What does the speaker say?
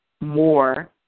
more